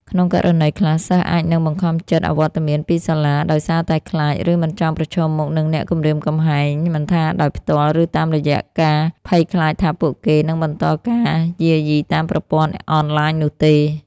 ក្នុងករណីខ្លះ សិស្សអាចនឹង បង្ខំចិត្តអវត្តមានពីសាលា ដោយសារតែខ្លាច ឬមិនចង់ប្រឈមមុខនឹងអ្នកគំរាមកំហែង មិនថាដោយផ្ទាល់ ឬតាមរយៈការភ័យខ្លាចថាពួកគេនឹងបន្តការយាយីតាមប្រព័ន្ធអនឡាញនោះទេ។